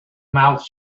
mouth